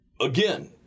Again